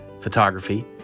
photography